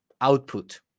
output